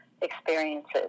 experiences